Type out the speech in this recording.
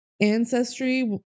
ancestry